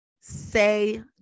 say